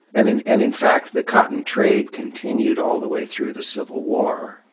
and, in and in fact, the cotton trade continued all the way through the civil war,